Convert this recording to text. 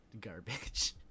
garbage